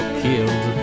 killed